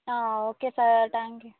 ആ okay sir thank you